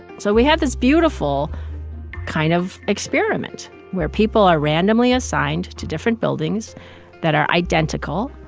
so we had this beautiful kind of experiment where people are randomly assigned to different buildings that are identical.